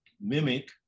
mimic